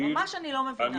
את זה אני ממש לא מבינה.